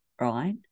right